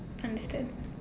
understand